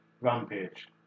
Rampage